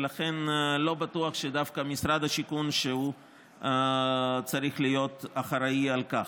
ולכן לא בטוח שדווקא משרד השיכון צריך להיות אחראי לכך.